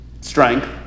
Strength